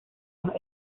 los